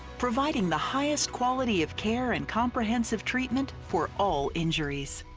providing the highest quality of care in comprehensive treatment for all injuries.